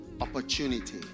opportunity